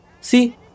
See